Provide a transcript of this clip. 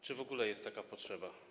Czy w ogóle jest taka potrzeba?